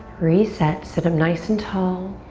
reset, sit up nice and tall.